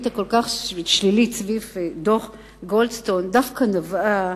הכל-כך שלילית סביב דוח גולדסטון דווקא נבעה,